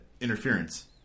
interference